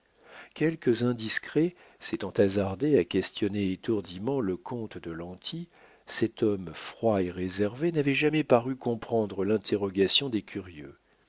quelques indiscrets s'étant hasardés à questionner étourdiment le comte de lanty cet homme froid et réservé n'avait jamais paru comprendre l'interrogation des curieux